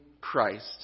Christ